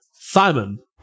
Simon